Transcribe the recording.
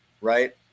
Right